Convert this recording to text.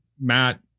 Matt